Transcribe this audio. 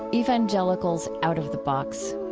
evangelicals out of the box.